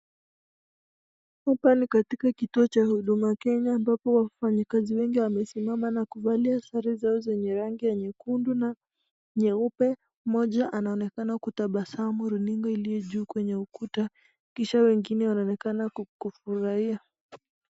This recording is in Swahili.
Hapa ni katika kituo cha Huduma Kenya ambapo wafanyikazi wengi wamesimama na kuvalia sare zao zenye rangi ya nyekundu na nyeupe moja anaonekana kutazama runinga iliyo juu ya ukuta kisha wengine wanaonekana kufurahia.